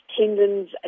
tendons